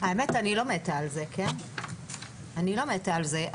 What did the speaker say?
האמת שאני לא מתה על זה, אני לא מתה על זה.